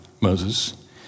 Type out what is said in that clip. Moses